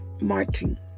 Martin